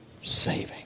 saving